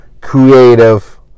creative